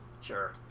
Sure